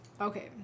okay